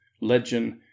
Legend